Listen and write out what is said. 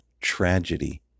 tragedy